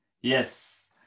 Yes